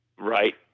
Right